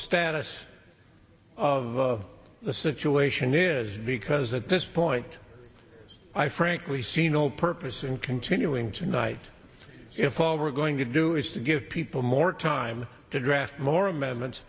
status of the situation is because at this point i frankly see no purpose in continuing tonight if paul were going to do is to give people more time to draft more amendment